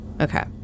Okay